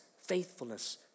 faithfulness